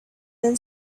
then